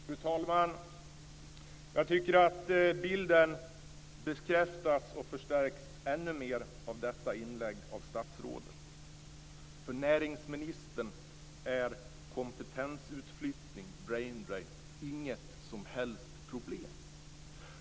Fru talman! Jag tycker att bilden bekräftas och förstärks ännu mer av detta inlägg från statsrådet. För näringsministern är kompetensutflyttning - brain drain - inget som helst problem.